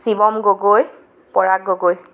Shivam Gogoi Parag Gogoi